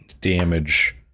damage